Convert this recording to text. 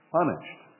punished